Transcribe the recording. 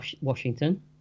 Washington